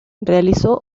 realizó